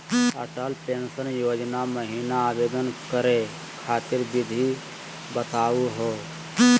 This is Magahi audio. अटल पेंसन योजना महिना आवेदन करै खातिर विधि बताहु हो?